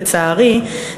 לצערי,